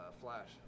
Flash